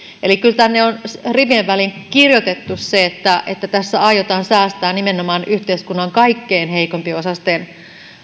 kyllä tänne on rivien väliin kirjoitettu se että että tässä aiotaan säästää nimenomaan yhteiskunnan kaikkein heikko osaisimpien